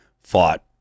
fought